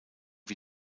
wie